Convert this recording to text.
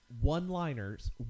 One-liners